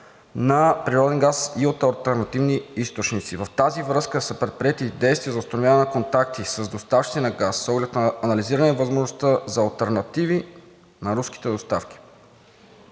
на природен газ и от алтернативни източници. Във връзка с това са предприети и действия за установяване на контакти с доставчици на газ с оглед на анализиране на възможността за алтернативи на руските доставки.